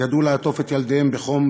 ידעו לעטוף את ילדיהם בחום,